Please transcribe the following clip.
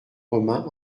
romain